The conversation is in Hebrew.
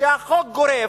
שהחוק גורף,